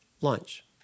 lunch